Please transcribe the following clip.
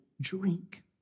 drink